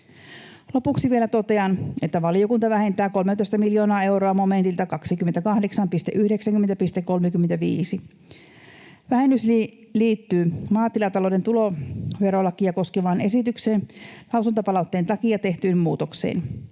Lopuksi vielä totean, että valiokunta vähentää 13 miljoonaa euroa momentilta 28.90.35. Vähennys liittyy maatilatalouden tuloverolakia koskevaan esitykseen lausuntopalautteen takia tehtyyn muutokseen,